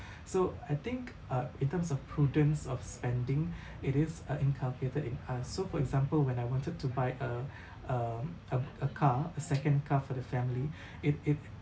so I think uh in terms of prudence of spending it is uh inculcated in us so for example when I wanted to buy a um um a car a second car for the family if if